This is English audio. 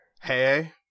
Hey